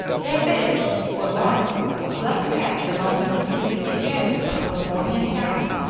there is or was a black cat belonging to the city jail of a californian town,